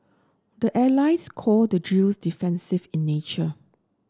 the allies call the drills defensive in nature